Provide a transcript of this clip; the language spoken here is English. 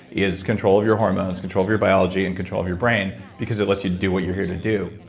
is control of your hormones, control of your biology, and control of your brain because it lets you do what you're here to do.